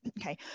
okay